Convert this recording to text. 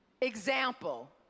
example